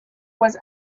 was